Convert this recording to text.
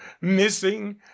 missing